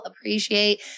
appreciate